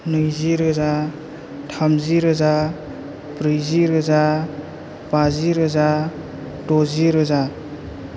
नैजि रोजा थामजि रोजा ब्रैजि रोजा बाजि रोजा द'जि रोजा